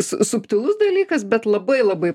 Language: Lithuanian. su subtilus dalykas bet labai labai